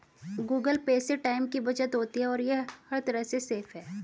Google Pay से time की बचत होती है और ये हर तरह से सेफ है